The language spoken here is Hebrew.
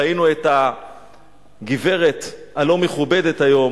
ראינו את הגברת הלא-מכובדת היום.